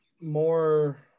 more